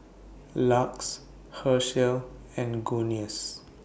LUX Herschel and Guinness